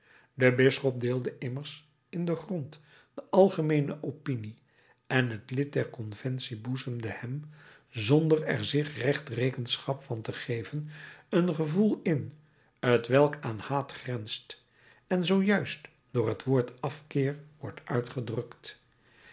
de bisschop deelde immers in den grond de algemeene opinie en het lid der conventie boezemde hem zonder er zich recht rekenschap van te geven een gevoel in t welk aan haat grenst en zoo juist door het woord afkeer wordt uitgedrukt